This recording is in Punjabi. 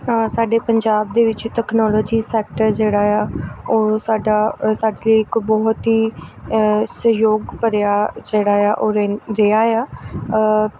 ਹਾਂ ਸਾਡੇ ਪੰਜਾਬ ਦੇ ਵਿੱਚ ਤਕਨੋਲੋਜੀ ਸੈਕਟਰ ਜਿਹੜਾ ਆ ਉਹ ਸਾਡਾ ਸਾਡੇ ਲਈ ਇੱਕ ਬਹੁਤ ਹੀ ਸਹਿਯੋਗ ਭਰਿਆ ਜਿਹੜਾ ਆ ਉਹ ਰੇ ਰਿਹਾ ਆ